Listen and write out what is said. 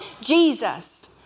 Jesus